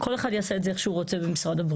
כל אחד יעשה את זה איך שהוא רוצה במשרד הבריאות.